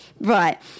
right